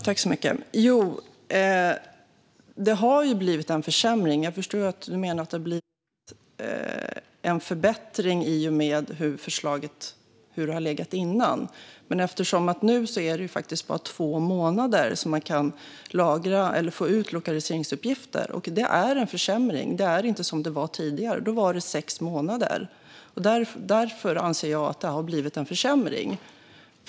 Fru talman! Det har blivit en försämring. Jag förstår att du menar att det har blivit en förbättring i och med hur det har varit innan, Fredrik Lundh Sammeli. Men nu blir det bara under två månader som man kan få ut lokaliseringsuppgifter. Det är en försämring. Det är inte som det var tidigare. Då var det sex månader. Därför anser jag att det har blivit en försämring.